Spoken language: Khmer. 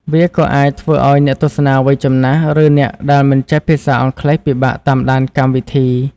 វាក៏អាចធ្វើឱ្យអ្នកទស្សនាវ័យចំណាស់ ឬអ្នកដែលមិនចេះភាសាអង់គ្លេសពិបាកតាមដានកម្មវិធី។